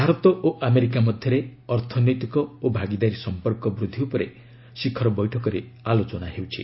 ଭାରତ ଓ ଆମେରିକା ମଧ୍ୟରେ ଅର୍ଥନୈତିକ ଓ ଭାଗିଦାରୀ ସଂପର୍କ ବୃଦ୍ଧି ଉପରେ ଶିଖର ବୈଠକରେ ଆଲୋଚନା ହେଉଛି